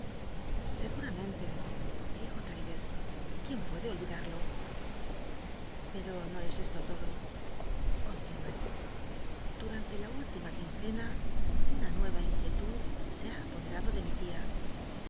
seguramente dijo fraddles quién puede olvidal'lo pero no es esto todo continué chll'antc la última quincena una nuera inquietud se ha apode rado de mi tia